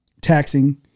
taxing